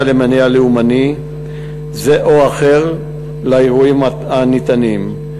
למניע לאומני ו/או אחר לאירועים הניתנים.